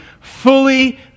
fully